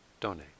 donate